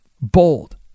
Bold